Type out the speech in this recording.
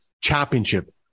championship